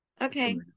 Okay